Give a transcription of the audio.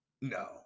no